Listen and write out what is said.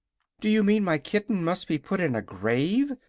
do you mean my kitten must be put in a grave?